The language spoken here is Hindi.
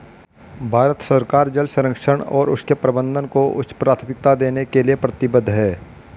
भारत सरकार जल संरक्षण और उसके प्रबंधन को उच्च प्राथमिकता देने के लिए प्रतिबद्ध है